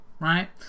right